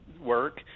work